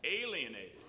alienated